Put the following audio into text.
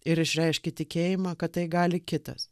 ir išreiški tikėjimą kad tai gali kitas